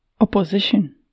Opposition